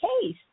case